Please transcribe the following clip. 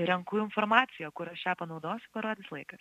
renku informaciją kur aš ją panaudosiu parodys laikas